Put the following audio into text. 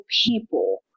people